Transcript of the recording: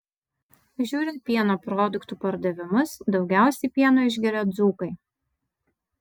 žiūrint pieno produktų pardavimus daugiausiai pieno išgeria dzūkai